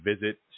visit